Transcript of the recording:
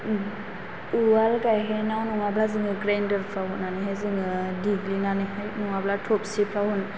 उवाल गाइहेनाव नङाब्ला जोङो ग्रेनदरफ्राव होनानैहाय जोङो देग्लिनानैहाय नङाबा थबसिफ्राव